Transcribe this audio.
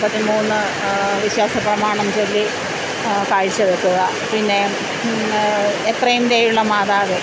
മുപ്പത്തി മൂന്ന് വിശ്വാസ പ്രമാണം ചൊല്ലി കാഴ്ച വയ്ക്കുക പിന്നെ എത്രയും ദയയുള്ള മാതാവേ